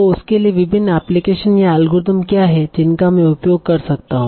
तो उसके लिए विभिन्न एप्लिकेशन या एल्गोरिदम क्या हैं जिनका मैं उपयोग कर सकता हूं